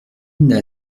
n’a